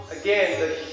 again